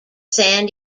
san